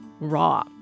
Raw